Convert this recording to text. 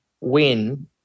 win